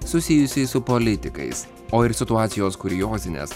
susijusiai su politikais o ir situacijos kuriozinės